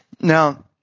Now